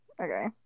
Okay